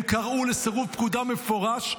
הם קראו לסירוב פקודה מפורש.